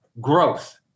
Growth